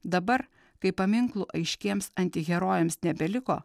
dabar kai paminklų aiškiems antiherojams nebeliko